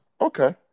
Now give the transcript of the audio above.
Okay